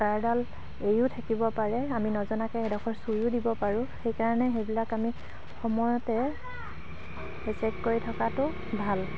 তাঁৰডাল এৰিও থাকিব পাৰে আমি নজনাকৈ সেইডখৰ চুয়ো দিব পাৰোঁ সেইকাৰণে সেইবিলাক আমি সময়তে চেক কৰি থকাটো ভাল